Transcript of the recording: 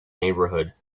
neighborhood